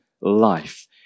life